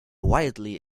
wildly